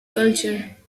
culture